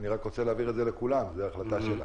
אני רק רוצה להבהיר את זה לכולם זו החלטה שלה.